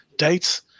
Dates